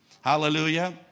Hallelujah